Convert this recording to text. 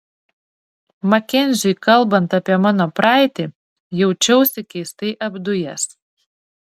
makenziui kalbant apie mano praeitį jaučiausi keistai apdujęs